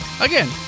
Again